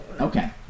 Okay